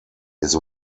his